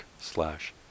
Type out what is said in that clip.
slash